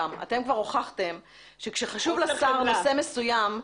אתם כבר הוכחתם שכאשר לשר חשוב נושא מסוים,